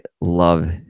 love